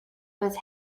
was